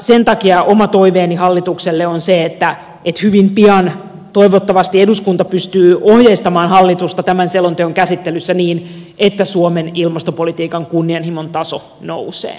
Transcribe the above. sen takia oma toiveeni hallitukselle on se että hyvin pian toivottavasti eduskunta pystyy ohjeistamaan hallitusta tämän selonteon käsittelyssä niin että suomen ilmastopolitiikan kunnianhimon taso nousee